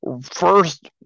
first